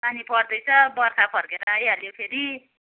पानी पर्दैछ बर्खा फर्केर आइहाल्यो फेरि